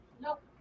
Nope